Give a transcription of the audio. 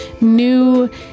new